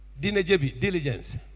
Diligence